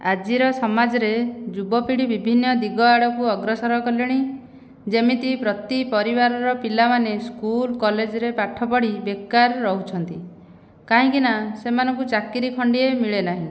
ଆଜିର ସମାଜରେ ଯୁବପିଢ଼ି ବିଭିନ୍ନ ଦିଗ ଆଡ଼କୁ ଅଗ୍ରସର କଲେଣି ଯେମିତି ପ୍ରତି ପରିବାରର ପିଲାମାନେ ସ୍କୁଲ୍ କଲେଜରେ ପାଠ ପଢ଼ି ବେକାର ରହୁଛନ୍ତି କାହିଁକିନା ସେମାନଙ୍କୁ ଚାକିରି ଖଣ୍ଡିଏ ମିଳେନାହିଁ